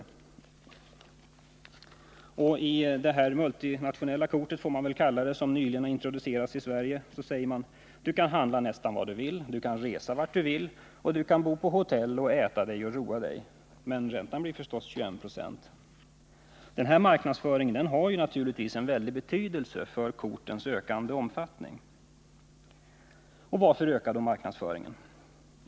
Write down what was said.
I annonser om det multinationella kort — så får man väl kalla det — som nyligen introducerats i Sverige, säger man: ”Du kan handla nästan vad du vill -=-—-. Du kan resa vart du vill. Du kan bo på hotell, äta och roa dig.” Men räntan blir förstås 21 90. Denna marknadsföring har naturligtvis stor betydelse för att dessa kort ökar i omfattning. Men varför ökar då marknadsföringen?